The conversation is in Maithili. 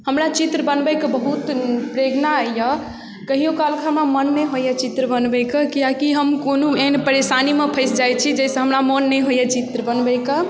हमरा चित्र बनबयके बहुत प्रेरणा यऽ कहियो कालके हमरा मन नहि होइए चित्र बनबयके किएककि हम कोनो एहन परेशानीमे फँसि जाइ छी जैसँ हमरा मोन नहि होइए चित्र बनबयके